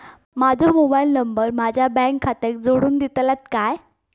माजो mobile number माझ्या bank खात्याक जोडून दितल्यात काय?